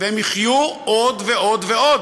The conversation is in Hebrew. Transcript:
הם יחיו עוד ועוד ועוד.